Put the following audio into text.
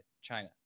China